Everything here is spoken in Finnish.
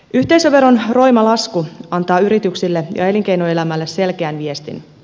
yhteisöveron roima lasku antaa yrityksille ja elinkeinoelämälle selkeän viestin